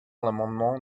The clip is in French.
l’amendement